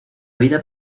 vida